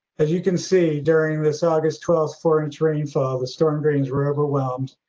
as you can see, during this august twelfth four-inch rain fall, the storm drains were overwhelmed,